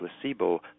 placebo